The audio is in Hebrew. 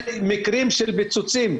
מקרים של פיצוצים,